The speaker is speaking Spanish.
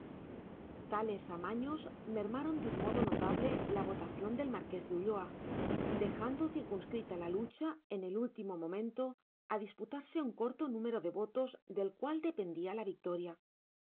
tales amaños mermaron de un modo notable la votación del marqués de ulloa dejando cincunscrita la lucha en el último momento a disputarse un corto número de votos del cual dependía la victoria